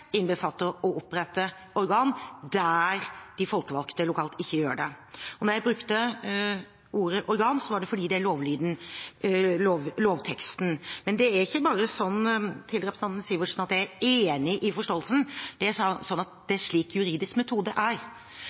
innbefatter å opprette organ der de folkevalgte lokalt ikke gjør det. Når jeg brukte ordet «organ», er det fordi det er brukt i lovteksten. Til representanten Sivertsen vil jeg si at det er ikke bare sånn at jeg er enig i forståelsen. Det er slik juridisk metode er.